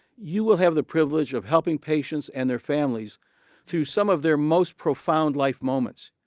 you will have the privilege of helping patients and their families through some of their most profound life moments.